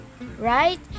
Right